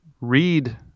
read